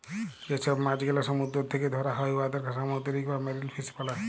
যে ছব মাছ গেলা সমুদ্দুর থ্যাকে ধ্যরা হ্যয় উয়াদেরকে সামুদ্দিরিক বা মেরিল ফিস ব্যলে